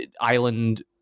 island